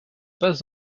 passe